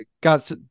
got